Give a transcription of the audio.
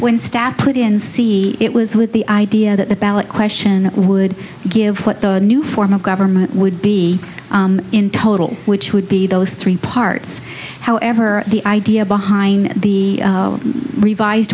when staff put in c it was with the idea that the ballot question would give what the new form of government would be in total which would be those three parts however the idea behind the revised